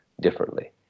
differently